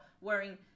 wearing